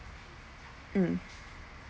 mm